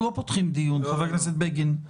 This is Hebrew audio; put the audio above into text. אנחנו לא פותחים דיון, חבר הכנסת בגין.